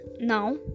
Now